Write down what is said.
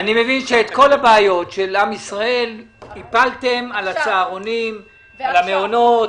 אני מבין שאת כל הבעיות של עם ישראל הפלתם על הצהרונים ועל המעונות.